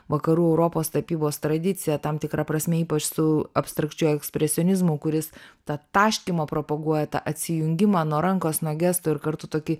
vakarų europos tapybos tradicija tam tikra prasme ypač su abstrakčiuoju ekspresionizmu kuris tą taškymą propaguoja tą atsijungimą nuo rankos nuo gesto ir kartu tokį